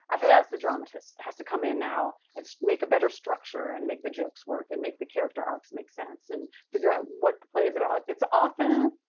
after that it's the dramatist that has to come in now and make a better structure and make the jokes work and make the character arcs make sense and figure out what the play is about. it's often,